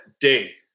day